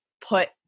put